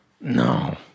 no